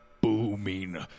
booming